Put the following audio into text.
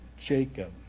Jacob